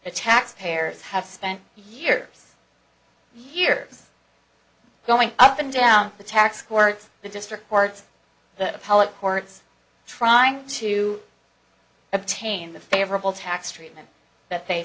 the taxpayers have spent years years going up and down the tax courts the district courts the appellate courts trying to obtain the favorable tax treatment that they